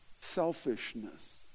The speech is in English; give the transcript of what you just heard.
selfishness